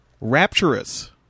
rapturous